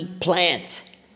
plant